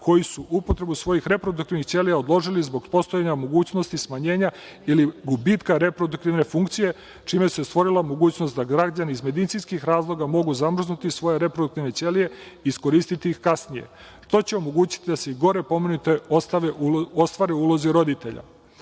koji su upotrebu svojih reproduktivnih ćelija odložili zbog postojanja mogućnosti smanjenja ili gubitka reproduktivne funkcije, čime se stvorila mogućnost da građani iz medicinskih razloga mogu zamrznuti svoje reproduktivne ćelije i iskoristiti ih kasnije. To će omogućiti da se i gore pomenute osobe ostvare u ulozi roditelja. Pored